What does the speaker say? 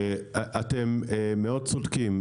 אתם מאוד צודקים.